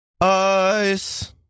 Ice